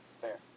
Fair